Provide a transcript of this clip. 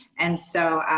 and so,